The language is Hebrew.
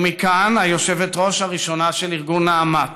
ומכאן היושבת-ראש הראשונה של ארגון נעמת,